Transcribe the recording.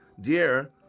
Dear